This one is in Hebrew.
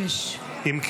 176. אם כן,